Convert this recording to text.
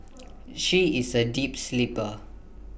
she is A deep sleeper